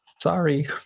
sorry